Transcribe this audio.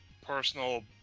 personal